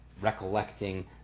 recollecting